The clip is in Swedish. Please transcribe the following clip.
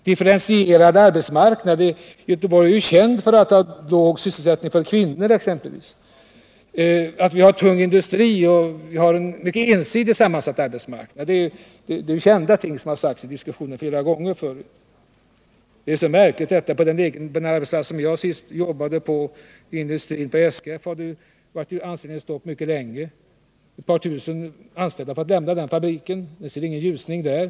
Differentierad arbetsmarknad talade man om, men Göteborg är ju känt för att t.ex. ha låg sysselsättning för kvinnor. Att vi har tung industri och en mycket ensidigt sammansatt arbetsmarknad är kända ting, som flera gånger har sagts i diskussionen. På den industriarbetsplats där jag senast arbetade, SKF, är det anställningsstopp sedan mycket länge. Ett par tusen anställda har den minskat med. Det syns ingen ljusning där.